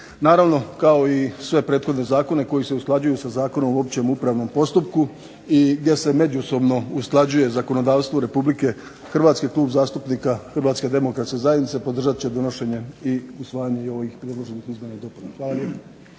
Naravno kao i sve prethodne zakone koji se usklađuju sa Zakonom o općem upravnom postupku, i gdje se međusobno usklađuje zakonodavstvo Republike Hrvatske Klub zastupnika Hrvatske demokratske zajednice podržat će donošenje i usvajanje i ovih predloženih izmjena i dopuna. Hvala lijepo.